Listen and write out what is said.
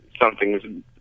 something's